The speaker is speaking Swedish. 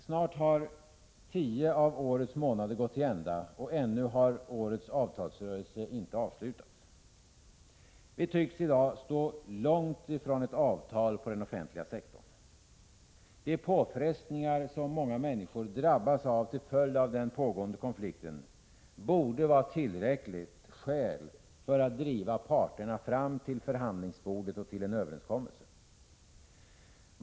Snart har tio av årets månader gått till ända, och ännu har årets avtalsrörelse inte avslutats. Vi tycks i dag stå långt från ett avtal på den offentliga sektorn. De påfrestningar som många människor drabbas av till följd av den pågående konflikten borde vara ett tillräckligt skäl för att driva parterna fram till förhandlingsbordet och till en överenskommelse.